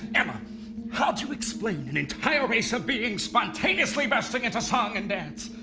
emma how do you explain an entire race of beings spontaneously bursting into song and dance?